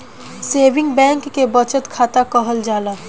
saving bank के बचत खाता कहल जाला